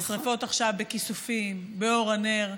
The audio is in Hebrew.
השרפות עכשיו בכיסופים, באור הנר.